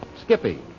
Skippy